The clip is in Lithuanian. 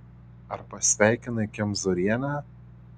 ar pasveikinai kemzūrienę